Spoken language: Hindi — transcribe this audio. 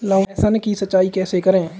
लहसुन की सिंचाई कैसे करें?